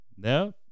No